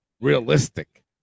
realistic